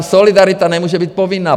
Solidarita nemůže být povinná.